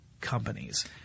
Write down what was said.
companies